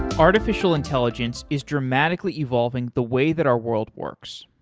artificial intelligence is dramatically evolving the way that our world works,